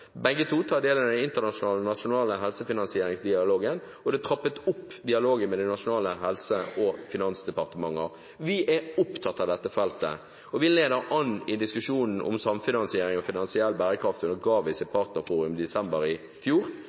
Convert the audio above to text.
Begge to tar del i den internasjonale og nasjonale helsefinansieringsdialogen, og dialogen med de nasjonale helse- og finansdepartementer er trappet opp. Vi er opptatt av dette feltet, og vi leder an i diskusjonen om samfinansiering og finansiell bærekraft under GAVIs partnerforum i desember i fjor.